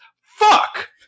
fuck